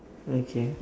okay